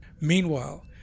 Meanwhile